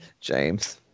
James